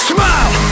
Smile